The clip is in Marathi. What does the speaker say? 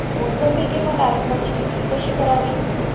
मोसंबी किंवा डाळिंबाची विक्री कशी करावी?